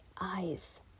eyes